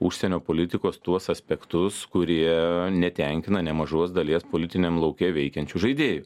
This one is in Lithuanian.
užsienio politikos tuos aspektus kurie netenkina nemažos dalies politiniam lauke veikiančių žaidėjų